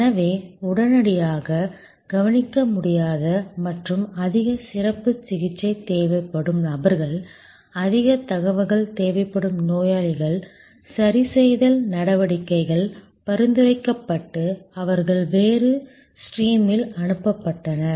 எனவே உடனடியாகக் கவனிக்க முடியாத மற்றும் அதிக சிறப்புச் சிகிச்சை தேவைப்படும் நபர்கள் அதிகத் தகவல்கள் தேவைப்படும் நோயாளிகள் சரிசெய்தல் நடவடிக்கைகள் பரிந்துரைக்கப்பட்டு அவர்கள் வேறு ஸ்ட்ரீமில் அனுப்பப்பட்டனர்